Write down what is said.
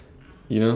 uh you know